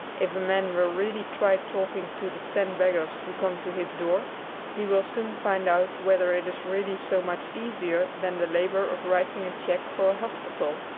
if a man will really try talking to the ten beggars who come to his door he will soon find out whether it is really so much easier than the labour of writing a cheque for a hospital.